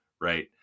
Right